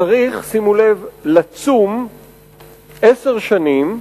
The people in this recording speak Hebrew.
שימו לב, לצום עשר שנים,